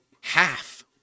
half